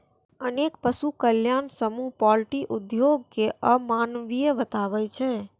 अनेक पशु कल्याण समूह पॉल्ट्री उद्योग कें अमानवीय बताबै छै